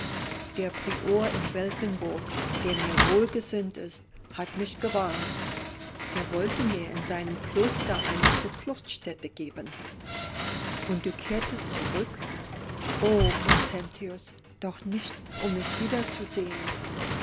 der prior in weltenburg der mir wohl gesinnt ist hat mich gewarnt er wollte mir in seinem kloster eine zufluchtsstätte geben und du kehrtest zurück o vincentius doch nicht um mich wiederzusehend